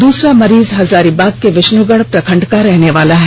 दूसरा मरीज हजारीबाग के विष्णुगढ़ प्रखंड का रहने वाला है